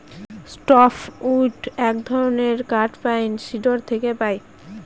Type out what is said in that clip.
soft wood এক ধরনের কাঠ পাইন, সিডর থেকে পাই